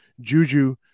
Juju